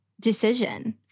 decision